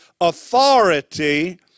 authority